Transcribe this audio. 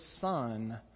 son